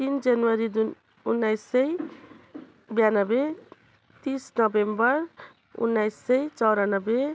तिन जनवरी दुन उन्नाइस सय बियानब्बे तिस नोभेम्बर उन्नाइस सय चौरानब्बे